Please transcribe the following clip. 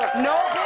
no